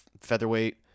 featherweight